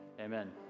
Amen